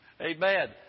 Amen